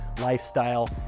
lifestyle